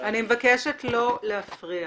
מבקשת לא להפריע.